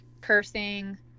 cursing